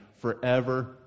forever